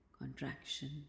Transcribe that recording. contraction